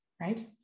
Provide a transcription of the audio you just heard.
right